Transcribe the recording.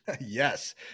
yes